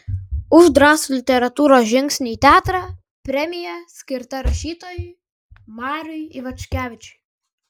už drąsų literatūros žingsnį į teatrą premija skirta rašytojui mariui ivaškevičiui